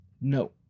No